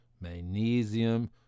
magnesium